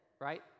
right